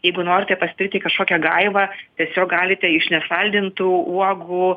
jeigu norite pasidaryti kažkokią gaivą tiesiog galite iš nesaldintų uogų